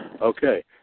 Okay